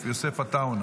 יוסף עטאונה.